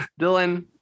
dylan